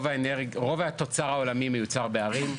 רוב התוצר העולמי מיוצר בערים,